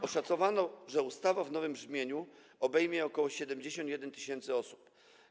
Oszacowano, że ustawa w nowym brzmieniu obejmie ok. 71 tys. osób.